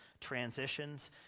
transitions